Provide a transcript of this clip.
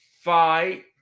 fight